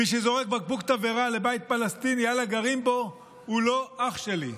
מי שזורק בקבוק תבערה לבית פלסטיני על הגרים בו הוא לא אח שלי,